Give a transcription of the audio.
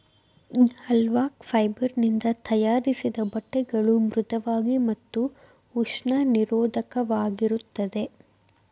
alpaca fibre ನಿಂದ ತಯಾರಿಸಿದ ಬಟ್ಟೆಗಳು ಮೃಧುವಾಗಿ ಮತ್ತು ಉಷ್ಣ ನಿರೋಧಕವಾಗಿರುತ್ತದೆ